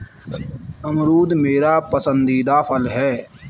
अमरूद मेरा पसंदीदा फल है